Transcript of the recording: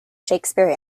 shakespeare